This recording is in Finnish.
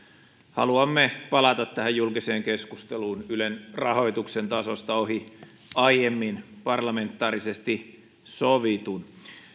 haluamme palata tähän julkiseen keskusteluun ylen rahoituksen tasosta ohi aiemmin parlamentaarisesti sovitun